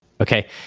Okay